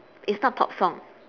it's not pop song